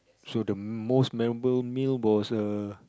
so the most memorable meal was uh